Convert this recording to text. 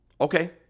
okay